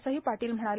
असही पाटील म्हणाले